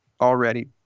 already